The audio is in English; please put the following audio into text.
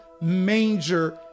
manger